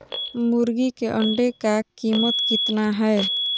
मुर्गी के अंडे का कीमत कितना है?